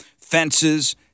Fences